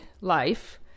life